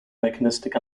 mechanistic